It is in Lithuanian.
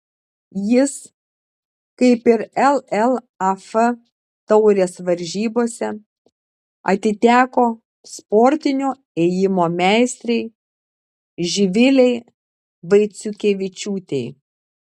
jis kaip ir llaf taurės varžybose atiteko sportinio ėjimo meistrei živilei vaiciukevičiūtei